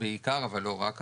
בעיקר אבל לא רק כמובן.